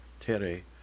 tere